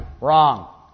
Wrong